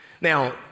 Now